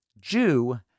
Jew